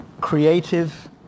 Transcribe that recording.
creative